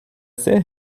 sehr